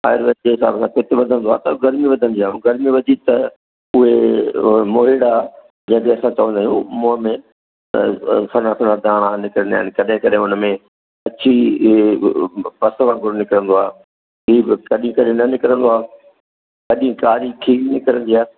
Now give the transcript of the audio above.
आयुर्वेद तेल सां पित वधंदो आहे त गर्मी वधंदी आहे ऐं गर्मी वधी त उहा मुहिड़ा जंहिंखे असां चवंदा आहियूं त सना सना दाणा निकिरंदा आहिनि कॾहिं कॾहिं हुन में पछी पस वांगुरु निकिरंदो आहे जीअं कॾहिं कॾहिं न निकिरंदो आहे कॾहिं कारी खिल निकिरंदी आहे